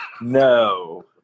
No